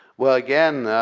well again,